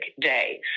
day